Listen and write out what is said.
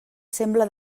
sembla